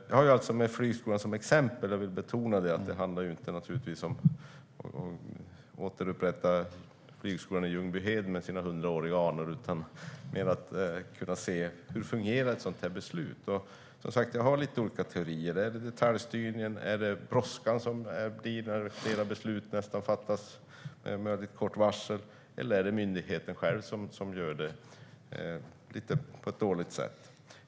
Flygskolan är alltså ett exempel, och jag vill betona att det naturligtvis inte handlar om att återupprätta Flygskolan i Ljungbyhed med dess hundraåriga anor utan mer om att kunna se hur ett sådant här beslut fungerar. Jag har som sagt lite olika teorier. Är det detaljstyrningen? Är det brådskan som blir när flera beslut fattas med väldigt kort varsel? Är det myndigheten själv som gör det på ett lite dåligt sätt?